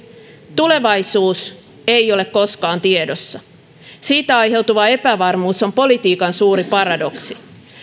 tulevaisuus ei ole koskaan tiedossa siitä aiheutuva epävarmuus on politiikan suuri paradoksi